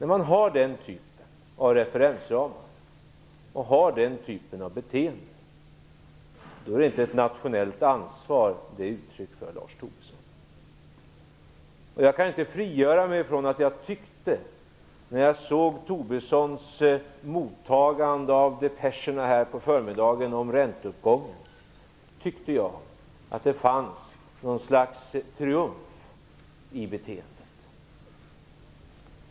När man har den typen av referensramar och den typen av beteende, är det inte ett uttryck för ett nationellt ansvar. När jag såg Tobissons mottagande av depescherna om ränteuppgången här på förmiddagen tyckte jag att det fanns något slags triumf i beteendet.